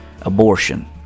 abortion